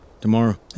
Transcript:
Tomorrow